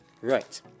right